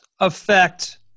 affect